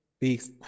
Peace